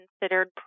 considered